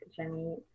Jenny